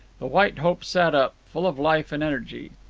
the white hope sat up, full of life and energy.